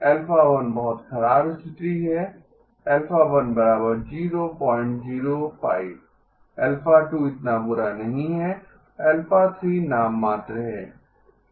α 1 बहुत खराब स्थिति है α 1005 α 2 इतना बुरा नहीं है α 3 नाममात्र है